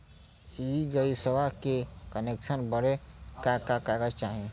इ गइसवा के कनेक्सन बड़े का का कागज चाही?